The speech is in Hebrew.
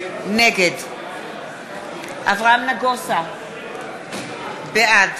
נגד אברהם נגוסה, בעד